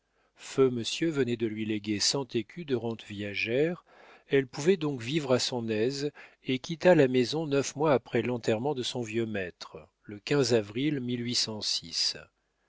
feu monsieur venait de lui léguer cent écus de rente viagère elle pouvait donc vivre à son aise et quitta la maison neuf mois après l'enterrement de son vieux maître le avril